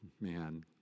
man